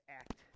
act